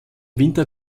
winter